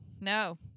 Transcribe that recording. no